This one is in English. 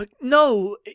no